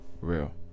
real